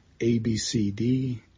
ABCD